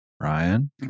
Ryan